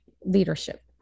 leadership